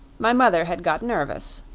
my mother had got nervous.